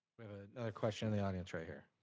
question in the audience right here.